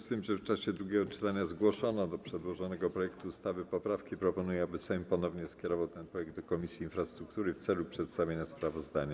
W związku z tym, że w czasie drugiego czytania zgłoszono do przedłożonego projektu ustawy poprawki, proponuję, aby Sejm ponownie skierował ten projekt do Komisji Infrastruktury w celu przedstawienia sprawozdania.